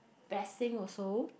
vesting also